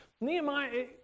Nehemiah